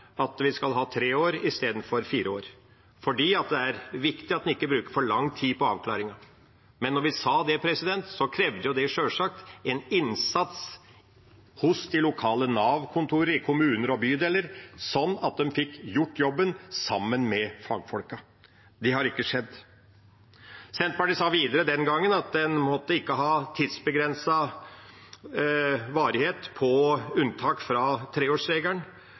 det er viktig at en ikke bruker for lang tid på avklaringen. Men da vi sa det, krevde det sjølsagt en innsats hos de lokale Nav-kontorene i kommuner og bydeler, slik at de fikk gjort jobben sammen med fagfolkene. Det har ikke skjedd. Senterpartiet sa videre den gangen at en ikke måtte ha tidsbegrenset varighet på unntak fra treårsregelen,